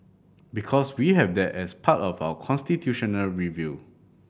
because we have that as part of our constitutional review